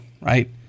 right